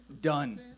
Done